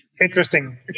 interesting